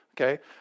Okay